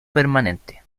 permanente